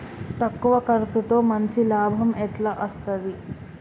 తక్కువ కర్సుతో మంచి లాభం ఎట్ల అస్తది?